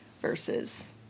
versus